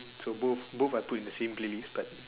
so both both are put in the same playlist but